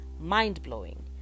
mind-blowing